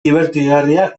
dibertigarria